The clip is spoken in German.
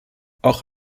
auch